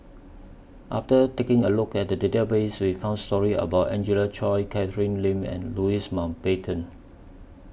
after taking A Look At The Database We found stories about Angelina Choy Catherine Lim and Louis Mountbatten